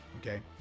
okay